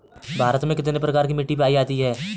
भारत में कितने प्रकार की मिट्टी पायी जाती है?